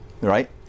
right